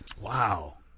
Wow